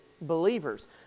believers